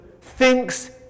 thinks